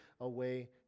away